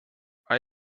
are